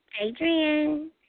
Adrian